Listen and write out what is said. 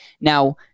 Now